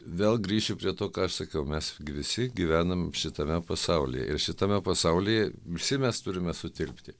vėl grįšiu prie to ką aš sakiau mes gi visi gyvenam šitame pasaulyje ir šitame pasaulyje visi mes turime sutilpti